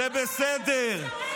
זה בסדר.